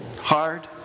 hard